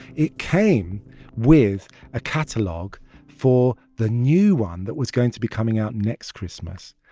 it came with a catalog for the new one that was going to be coming out next christmas.